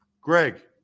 Greg